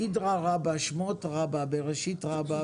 הצבעה סעיף 85(71)(ב) רבא אושר מי בעד סעיף 71(ג) רבא?